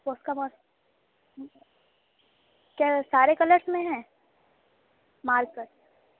کیا سارے کلرس میں ہیں مارکر